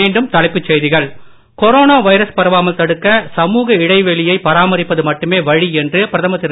மீண்டும் தலைப்புச் செய்திகள் கொரோனா வைரஸ் பரவாமல் தடுக்க சமுக இடைவெளியை பராமரிப்பது மட்டுமே வழி என்று பிரதமர் திரு